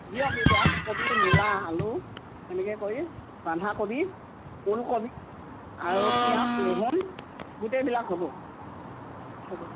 দিয়ক এতিয়া কবি মূলা আলু এনেকৈ কৰি বন্ধাকবি ওলকবি আৰু পিয়াঁজ ৰহুন গোটেইবিলাক হ'ব